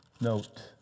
Note